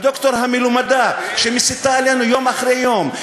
הדוקטור המלומדה שמסיתה נגדנו יום אחרי יום.